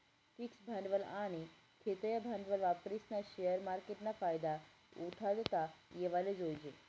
fix भांडवल आनी खेयतं भांडवल वापरीस्नी शेअर मार्केटना फायदा उठाडता येवाले जोयजे